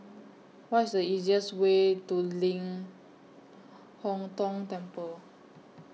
What IS The easiest Way to Ling Hong Tong Temple